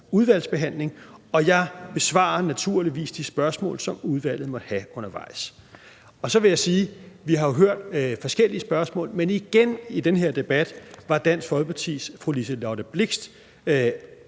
udvalgsbehandling, og jeg besvarer naturligvis de spørgsmål, som udvalget måtte have undervejs. Så vil jeg sige, at vi jo har hørt forskellige spørgsmål, men igen i den her debat var Dansk Folkepartis fru Liselott Blixt